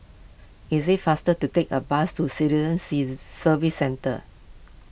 is it faster to take a bus to Citizen Services Centre